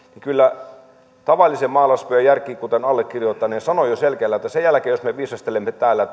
kyllä tavallisen maalaispojan järki kuten allekirjoittaneen sanoo jo selkeästi jos me viisastelemme täällä